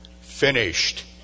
Finished